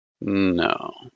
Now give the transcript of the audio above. No